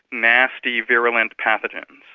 nasty virulent pathogens.